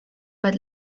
but